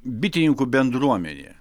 bitininkų bendruomenė